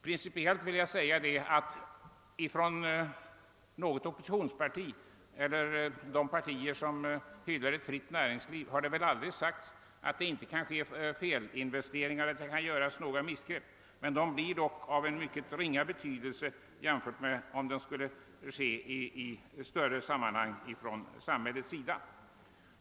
Principiellt vill jag säga att det aldrig från något oppositionsparti, från något parti som hyllar ett fritt näringsliv, har sagts att inte felinvesteringar och missgrepp kan förekomma. De blir dock av mycket ringa betydelse jämfört med om de skulle ske i större sammanhang från samhällets sida.